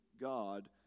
God